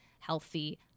healthy